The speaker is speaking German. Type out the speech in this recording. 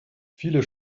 viele